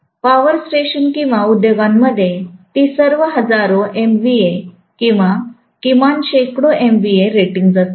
power station किंवा उद्योगांमध्ये ती सर्व हजारो MVA किंवा किमान शेकडो MVA रेटिंग्ज आहेत